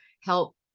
help